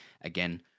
again